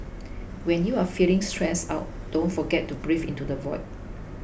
when you are feeling stressed out don't forget to breathe into the void